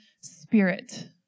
spirit